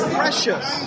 precious